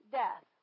death